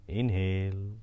inhale